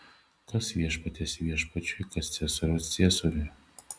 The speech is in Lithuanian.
kas viešpaties viešpačiui kas ciesoriaus ciesoriui